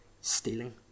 stealing